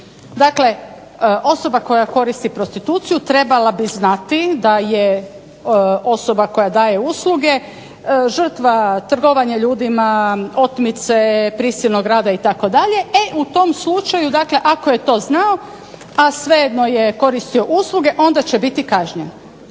Dakle, osoba koja koristi prostituciju trebala bi znati da je osoba koja daje usluge žrtva trgovanja ljudima, otmice, prisilnog rada itd. E u tom slučaju dakle ako je to znao, a svejedno je koristio usluge onda će biti kažnjen.